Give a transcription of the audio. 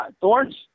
Thorns